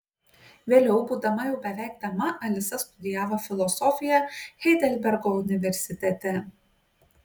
vėliau būdama jau beveik dama alisa studijavo filosofiją heidelbergo universitete